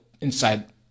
inside